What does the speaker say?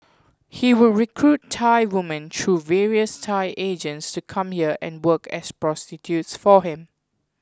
he would recruit Thai woman through various Thai agents to come here and work as prostitutes for him